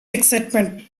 excitement